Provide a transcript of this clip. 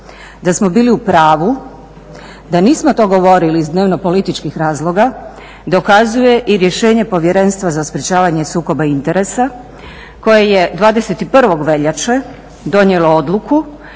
Da smo bili u pravu, da nismo to govorili iz dnevno političkih razloga dokazuje i rješenje Povjerenstva za sprječavanje sukoba interesa koje je 21. veljače donijelo odluku